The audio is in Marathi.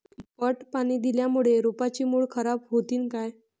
पट पाणी दिल्यामूळे रोपाची मुळ खराब होतीन काय?